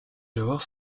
lors